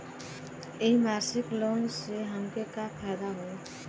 इ मासिक लोन से हमके का फायदा होई?